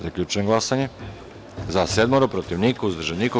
Zaključujem glasanje: za – sedam, protiv – niko, uzdržanih – nema.